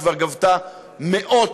שכבר גבתה מאות,